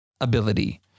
ability